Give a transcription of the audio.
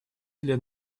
для